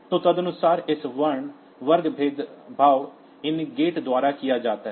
तो तदनुसार इस वर्ग भेदभाव इन गेट द्वारा किया जाता है